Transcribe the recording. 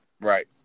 Right